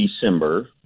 December